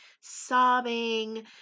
sobbing